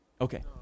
Okay